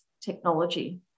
technology